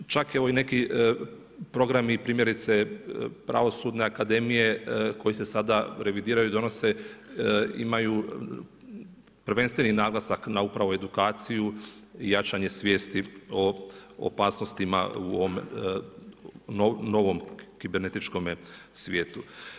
Čak evo i neki programi primjerice Pravosudne akademije koji se sada revidiraju donose imaju prvenstveni naglasak na upravo edukaciju i jačanje svijesti o opasnosti u ovom novom kibernetičkome svijetu.